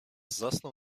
zasnął